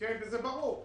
וזה ברור.